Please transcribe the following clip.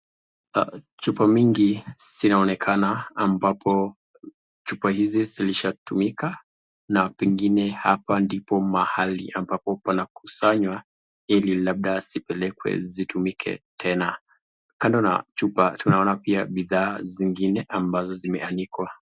Chupa mingi zinaonekana ambapo chupa hizi zilishaatumika na pengine hapa ndipo mahali ambapo panakusanywa ili labda zipelekwe zitumike tena. Kando na chupa tunaona pia bidhaa zingine ambazo zimeanikwa.